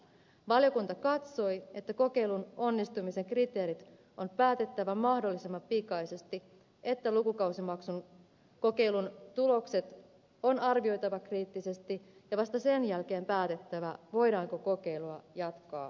valiokunta katsoi että kokeilun onnistumisen kriteerit on päätettävä mahdollisimman pikaisesti ja että lukukausimaksun kokeilun tulokset on arvioitava kriittisesti ja vasta sen jälkeen päätettävä voidaanko kokeilua jatkaa vai ei